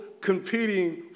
competing